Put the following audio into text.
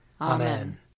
Amen